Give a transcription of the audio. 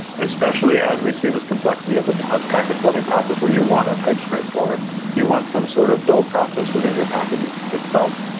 especially as we see this complexity of the package building process where you want a typescript or you want some sort of build process within your packages itself.